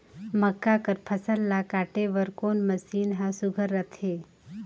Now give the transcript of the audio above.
मक्का कर फसल ला काटे बर कोन मशीन ह सुघ्घर रथे?